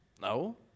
No